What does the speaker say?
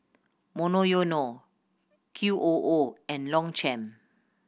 Monoyono Q O O and Longchamp